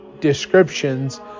descriptions